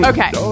Okay